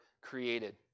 created